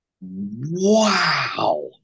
Wow